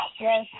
Yes